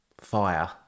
fire